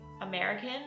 American